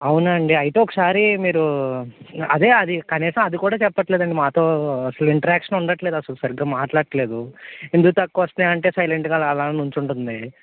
అవునా అండి అయితే ఒకసారి మీరు అదే అది కనీసం అది కూడా చెప్పట్లేదండి మాతో అసలు ఇంటరాక్షన్ ఉండట్లేదు అసలు సరిగా మాట్లాట్లేదు ఎందుకు తక్కువ వస్తున్నాయి అంటే సైలెంట్గా అలా అలా నించుని ఉంటుంది